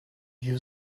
you